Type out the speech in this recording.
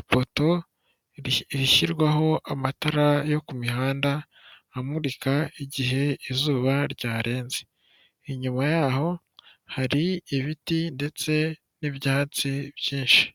ipoto rishyirwaho amatara yo ku mihanda amurika igihe izuba ryarenze inyuma yaho hari ibiti ndetse n'ibyatsi byinshi.